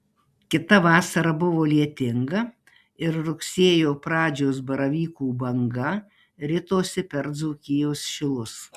kita vasara buvo lietinga ir rugsėjo pradžios baravykų banga ritosi per dzūkijos šilus